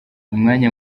umwana